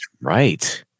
right